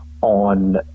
on